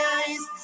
eyes